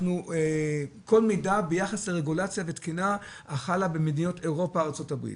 כל מידע ביחס לרגולציה ותקינה החלה במדינות אירופה וארצות הברית,